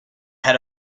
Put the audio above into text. had